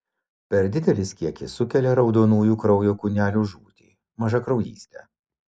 per didelis kiekis sukelia raudonųjų kraujo kūnelių žūtį mažakraujystę